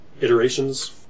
iterations